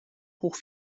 hoch